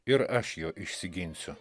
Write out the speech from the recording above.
ir aš jo išsiginsiu